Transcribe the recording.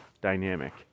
dynamic